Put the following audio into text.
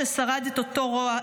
ששרד את אותו רוע,